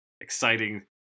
exciting